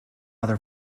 other